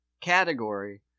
category